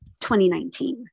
2019